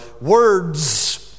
words